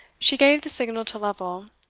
she gave the signal to lovel,